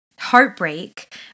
Heartbreak